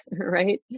right